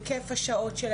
היקף השעות,